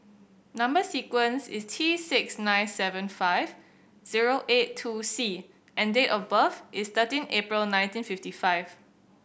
number sequence is T six nine seven five zero eight two C and date of birth is thirteen April nineteen fifty five